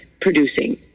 producing